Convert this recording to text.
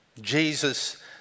Jesus